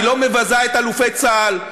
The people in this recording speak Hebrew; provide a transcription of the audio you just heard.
היא לא מבזה את אלופי צה"ל.